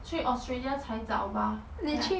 去 australia 才找吧 ya